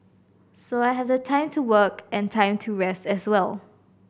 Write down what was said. so I have the time to work and time to rest as well